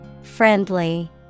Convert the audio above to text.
Friendly